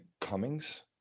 cummings